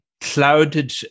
clouded